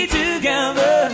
together